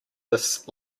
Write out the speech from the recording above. this